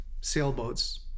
sailboats